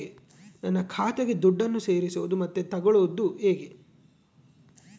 ನನ್ನ ಖಾತೆಗೆ ದುಡ್ಡನ್ನು ಸೇರಿಸೋದು ಮತ್ತೆ ತಗೊಳ್ಳೋದು ಹೇಗೆ?